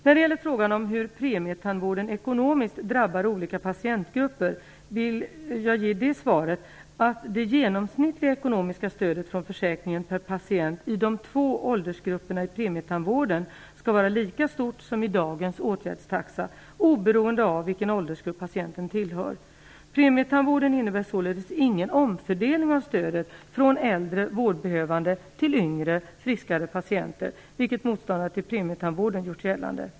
När det gäller frågan om hur premietandvården ekonomiskt drabbar olika patientgrupper vill jag ge det svaret att det genomsnittliga ekonomiska stödet från försäkringen per patient i de två åldersgrupperna i premietandvården skall vara lika stort som i dagens åtgärdstaxa oberoende av vilken åldersgrupp patienten tillhör. Premietandvården innebär således ingen omfördelning av stödet från äldre och vårdbehövande till yngre och friskare patienter, vilket motståndare till premietandvården gjort gällande.